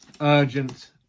urgent